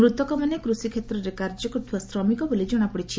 ମୃତକମାନେ କୃଷିକ୍ଷେତ୍ରରେ କାର୍ଯ୍ୟକରୁଥିବା ଶ୍ରମିକ ବୋଲି କଣାପଡିଛି